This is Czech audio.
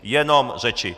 Jenom řeči.